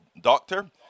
doctor